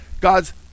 God's